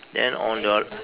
then on your